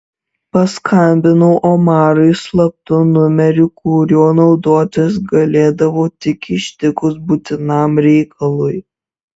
paskambinau omarui slaptu numeriu kuriuo naudotis galėdavau tik ištikus būtinam reikalui